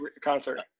Concert